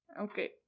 okay